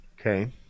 Okay